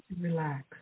relax